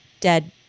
dead